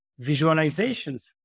visualizations